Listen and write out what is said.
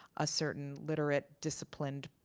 a certain literate, disciplined,